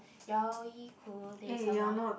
Yaoi Kudesama